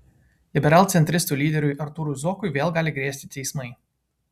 liberalcentristų lyderiui artūrui zuokui vėl gali grėsti teismai